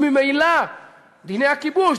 וממילא דיני הכיבוש,